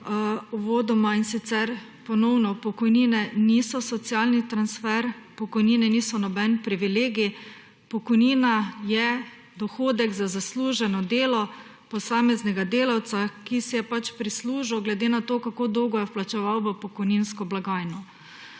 stališča, in sicer –ponovno – pokojnine niso socialni transfer, pokojnine niso noben privilegij, pokojnina je dohodek za zasluženo delo posameznega delavca, ki si jo je prislužil glede na to, kako dolgo je vplačeval v pokojninsko blagajno.